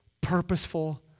purposeful